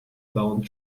bound